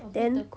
then